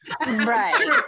Right